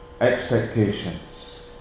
expectations